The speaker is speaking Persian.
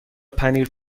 پنیر